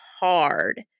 hard